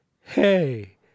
Hey